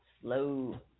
slow